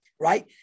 right